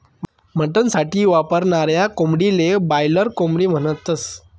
mutton साठी वापरनाऱ्या कोंबडीले बायलर म्हणतस